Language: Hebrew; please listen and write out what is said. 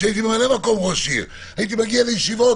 כשהייתי ממלא מקום ראש עיר הייתי מגיע לישיבות.